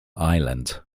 island